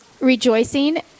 rejoicing